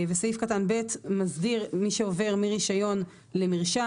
וסעיף קטן (ב) מסדיר את מי שעובר מרישיון למרשם,